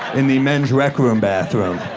in the men's rec room bathroom.